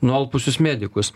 nualpusius medikus